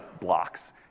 blocks